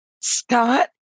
scott